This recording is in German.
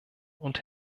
und